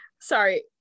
sorry